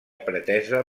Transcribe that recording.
pretesa